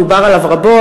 דובר עליו רבות.